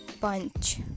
Punch